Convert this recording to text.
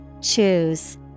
Choose